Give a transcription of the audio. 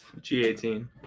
G18